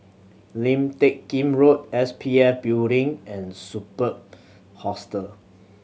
Lim Teck Kim Road S P F Building and Superb Hostel